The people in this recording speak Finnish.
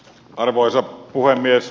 arvoisa puhemies